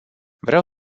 vreau